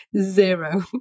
Zero